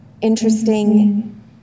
interesting